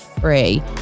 free